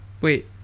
Wait